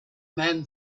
men